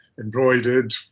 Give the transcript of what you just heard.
embroidered